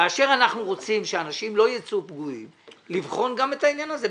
אנחנו רוצים שאנשים לא יצאו פגועים וצריך לכן לבחון גם את העניין הזה.